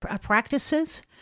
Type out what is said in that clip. practices